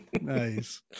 Nice